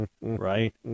right